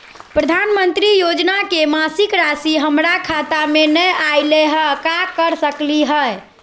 प्रधानमंत्री योजना के मासिक रासि हमरा खाता में नई आइलई हई, का कर सकली हई?